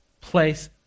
place